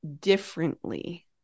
differently